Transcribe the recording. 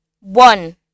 One